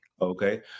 okay